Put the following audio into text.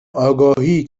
آگاهی